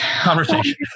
conversation